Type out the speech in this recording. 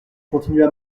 continua